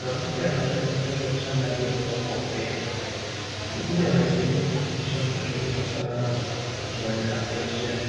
Mwanamke anaangalia mtoto mjanga alinaye Pepa Kwa upendo yule anamsaidia mtoto yoko salama na mwenye afya njema